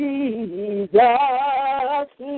Jesus